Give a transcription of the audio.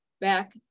back